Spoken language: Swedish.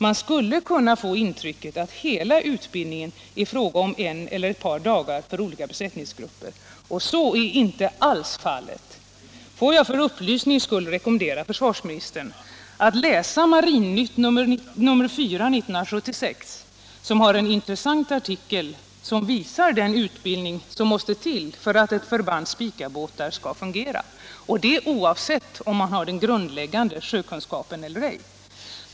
Man skulle kunna få intrycket att hela utbildningen är en fråga om en eller ett par dagar för olika besättningsgrupper — och så är inte alls fallet. Får jag för upplysnings skull rekommendera försvarsministern att läsa Marinnytt nr 4 från 1976 som har en intressant artikel som visar den utbildning som måste till för att ett förband Spicabåtar skall fungera — oavsett om man har den grundläggande sjökunskapen eller ej.